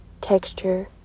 texture